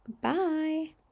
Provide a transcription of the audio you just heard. Bye